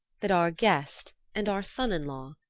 that our guest and our son-in-law,